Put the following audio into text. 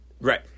Right